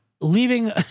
Leaving